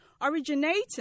originating